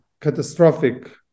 catastrophic